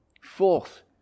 Fourth